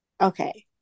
Okay